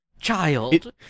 child